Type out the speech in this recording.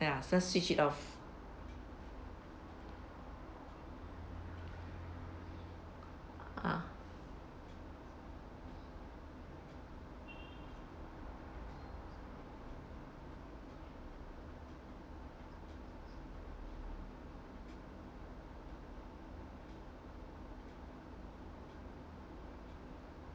ya so switch it off ah